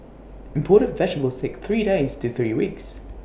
imported vegetables sake three days to three weeks